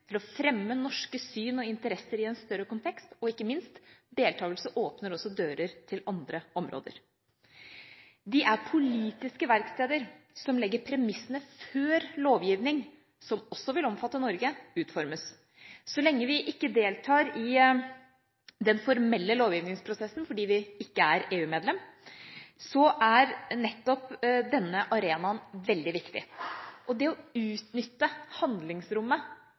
til å fremme norske syn og interesser i en større kontekst, og ikke minst åpner deltagelse også dører til andre områder. De er politiske verksteder som legger premissene før lovgivning – som også vil omfatte Norge – utformes. Så lenge vi ikke deltar i den formelle lovgivningsprosessen fordi vi ikke er EU-medlem, er nettopp denne arenaen veldig viktig. Det å utnytte handlingsrommet